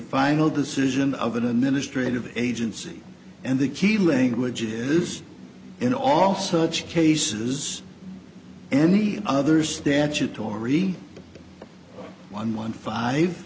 final decision of an administrative agency and the key language is in all such cases any other statutory one one five